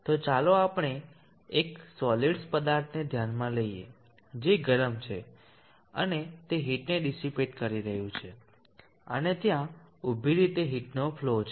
તો ચાલો આપણે એક સોલીડ્સ પદાર્થ ને ધ્યાનમાં લઈએ જે ગરમ છે અને તે હીટને ડીસીપેટ કરી રહ્યું છે અને ત્યાં ઉભી રીતે હીટનો ફલો છે